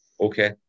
Okay